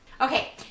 Okay